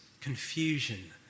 confusion